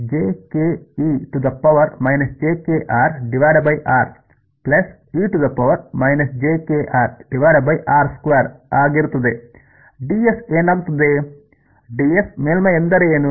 dS ಏನಾಗುತ್ತದೆ dS ಮೇಲ್ಮೈ ಎಂದರೇನು